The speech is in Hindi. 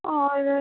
और